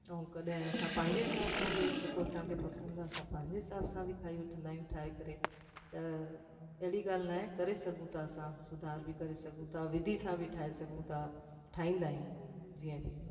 ऐं कॾहिं असां पंहिंजे हिसाब सां बि जेको असांखे पसंदि आहे असां पंहिंजे हिसाब सां बि खाई वठंदा आहियूं ठाहे करे त अहिड़ी ॻाल्हि न आहे करे सघूं था असां सुधारु बि करे सघूं था विधि सां बि ठाहे सघूं था ठाहींदा आहियूं जीअं बि